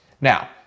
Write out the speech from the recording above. Now